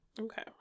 Okay